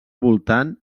voltant